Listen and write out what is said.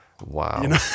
wow